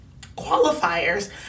qualifiers